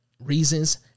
reasons